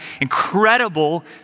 incredible